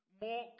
more